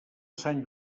sant